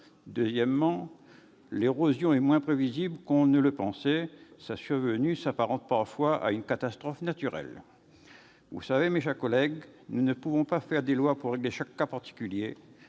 Deuxièmement, l'érosion est moins prévisible qu'on ne le pensait : sa survenue s'apparente parfois à une catastrophe naturelle. Vous le savez, mes chers collègues, nous ne pouvons pas faire des lois pour régler chaque cas particulier.